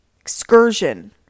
excursion